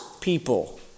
people